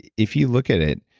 if you look at it,